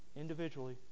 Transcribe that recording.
individually